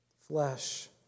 flesh